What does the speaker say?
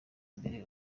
imbere